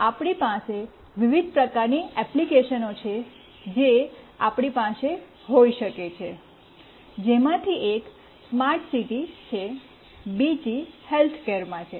આપણી પાસે વિવિધ પ્રકારની એપ્લિકેશનો છે જે આપણી પાસે હોઈ શકે છે જેમાંથી એક સ્માર્ટ સિટી છે બીજી હેલ્થકેરમાં છે